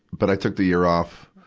but i took the year off,